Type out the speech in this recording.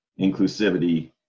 inclusivity